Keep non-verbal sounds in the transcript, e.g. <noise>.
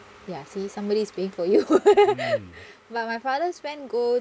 ya see somebody's paying for you <laughs> but my father's friend go